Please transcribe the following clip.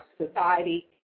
society